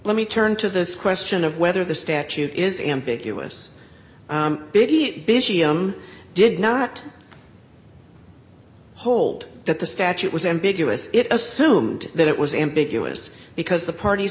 let me turn to this question of whether the statute is ambiguous busy i'm did not hold that the statute was ambiguous it assumed that it was ambiguous because the parties